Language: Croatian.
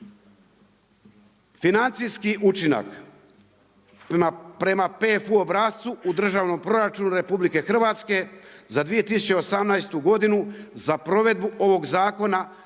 Financijski učinak prema PFU obrascu u državnom proračunu RH za 2018. godinu za provedbu ovog zakona